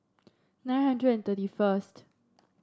nine hundred and thirty first